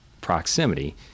proximity